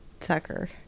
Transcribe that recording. sucker